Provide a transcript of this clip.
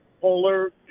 polar